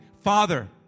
Father